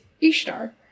Ishtar